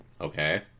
Okay